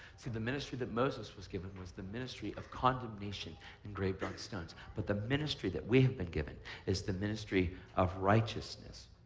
see, the ministry that moses was given was the ministry of condemnation engraved on stones, but the ministry that we have been given is the ministry of righteousness.